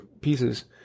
pieces